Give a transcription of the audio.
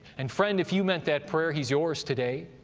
and friend, if you meant that prayer, he's yours today.